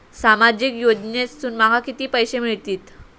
सामाजिक योजनेसून माका किती पैशे मिळतीत?